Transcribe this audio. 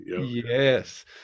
Yes